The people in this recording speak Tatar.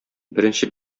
беренче